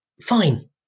fine